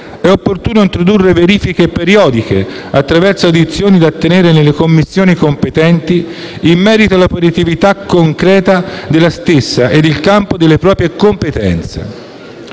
opportuno introdurre verifiche periodiche, attraverso audizioni da tenere nelle Commissioni competenti, in merito all'operatività concreta della stessa e al campo delle proprie competenze.